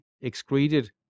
excreted